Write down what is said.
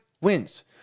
wins